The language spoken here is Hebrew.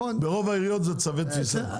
בכל העיריות זה צווי תפיסה.